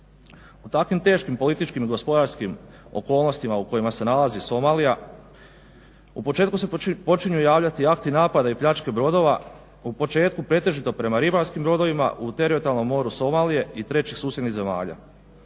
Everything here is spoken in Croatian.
U takvim teškim političkim i gospodarskim okolnostima u kojima se nalazi Somalija u početku se počinju javljati akti napada i pljačke brodova, u početku pretežito prema ribarskim brodovima, u teritorijalnim moru Somalije i treće susjednih zemalja